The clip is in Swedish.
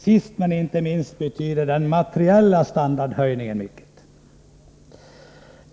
Sist men inte minst betyder den materiella standardhöjningen mycket.